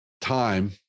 time